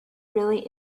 really